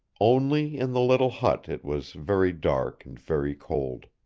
only in the little hut it was very dark and very cold.